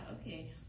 okay